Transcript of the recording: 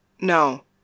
no